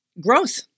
growth